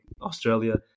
Australia